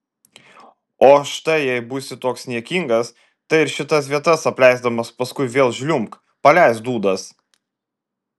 o štai jei būsi toks niekingas tai ir šitas vietas apleisdamas paskui vėl žliumbk paleisk dūdas